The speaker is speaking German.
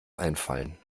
einfallen